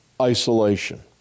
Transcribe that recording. isolation